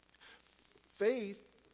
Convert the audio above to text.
Faith